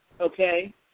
okay